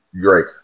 Drake